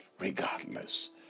regardless